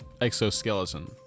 exoskeleton